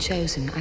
chosen